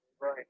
right